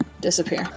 disappear